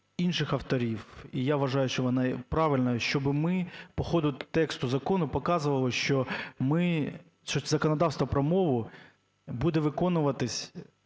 інших авторів, і я вважаю, що вона є правильною, щоби ми по ходу тексту закону показували, що ми, що законодавство про мову буде виконуватись,